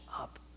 up